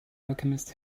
alchemist